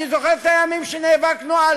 אני זוכר את הימים שנאבקנו על